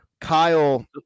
Kyle